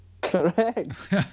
Correct